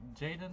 Jaden